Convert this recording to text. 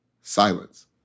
Silence